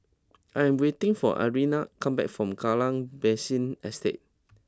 I am waiting for Arlyne come back from Kallang Basin Estate